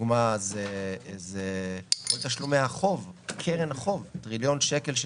דוגמה זה כל תשלומי החוב, קרן החוב, טריליון שקל.